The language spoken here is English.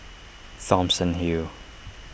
Thomson Hill